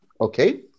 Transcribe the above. Okay